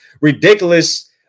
ridiculous